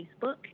Facebook